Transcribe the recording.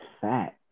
fat